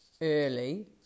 early